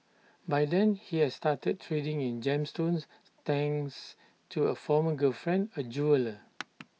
by then he had started trading in gemstones thanks to A former girlfriend A jeweller